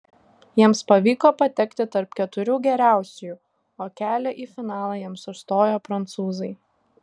jiems pavyko patekti tarp keturių geriausiųjų o kelią į finalą jiems užstojo prancūzai